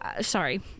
sorry